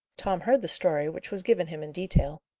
tom heard the story, which was given him in detail.